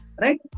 right